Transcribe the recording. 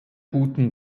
guten